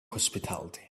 hospitality